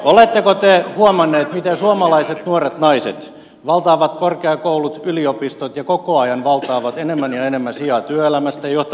oletteko te huomanneet miten suomalaiset nuoret naiset valtaavat korkeakoulut yliopistot ja koko ajan valtaavat enemmän ja enemmän sijaa työelämästä ja johtaviltakin paikoilta